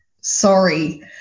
sorry